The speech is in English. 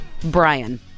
Brian